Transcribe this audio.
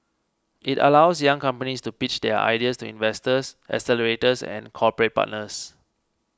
it allows young companies to pitch their ideas to investors accelerators and corporate partners